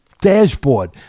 dashboard